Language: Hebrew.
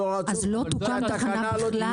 אז לא תוקם תחנה בכלל?